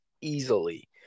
easily